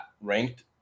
ranked